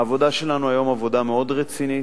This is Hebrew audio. העבודה שלנו היום היא עבודה מאוד רצינית.